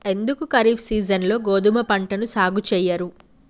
ఎందుకు ఖరీఫ్ సీజన్లో గోధుమ పంటను సాగు చెయ్యరు?